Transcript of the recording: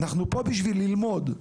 אנחנו פה בשביל ללמוד.